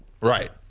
Right